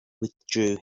withdrew